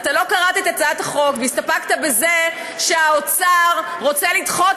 אתה לא קראת את הצעת החוק והסתפקת בזה שהאוצר רוצה לדחות